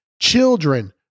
children